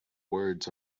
words